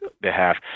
behalf